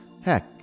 Heck